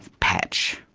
patch.